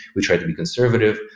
we try to be conservative.